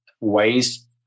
ways